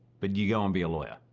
but you're gonna um be a lawyer,